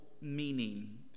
meaning